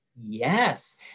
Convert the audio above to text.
Yes